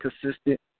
consistent